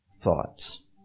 thoughts